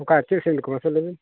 ᱚᱠᱟ ᱪᱮᱫ ᱥᱤᱢᱮᱱᱴ ᱠᱚ ᱢᱟᱥᱮ ᱞᱟᱹᱭ ᱵᱤᱱ